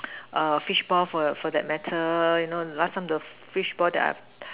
fishball for for that matter you know the last time the fishball that I've